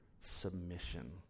submission